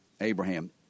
Abraham